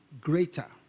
greater